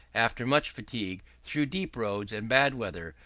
after much fatigue, through deep roads, and bad weather,